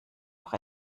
noch